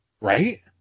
Right